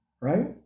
right